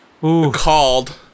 called